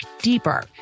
deeper